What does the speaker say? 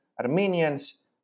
Armenians